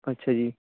ਅੱਛਾ ਜੀ